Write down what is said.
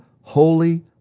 holy